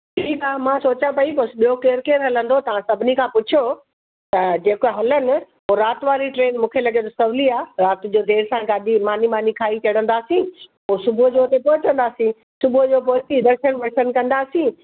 ठीकु आहे मां सोचा पई बसि ॿियो केरु केरु हलंदो तव्हां सभिनि खां पुछो त जेका हलेनि त राति वारी ट्रेन मूंखे लॻे थो सहुली आहे राति जो देरि सां गाॾी मानी मानी खाईं चड़ंदासीं पोइ सुबुह जो हुते पहुचंदासीं सुबुह जो पहुची दर्शन वर्शन कंदासीं